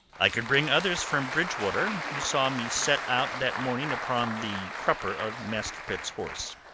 i could bring others from bridgewater, who saw me set out that morning upon the crupper of master pitt's horse.